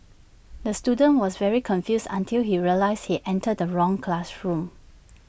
the student was very confused until he realised he entered the wrong classroom